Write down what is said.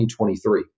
2023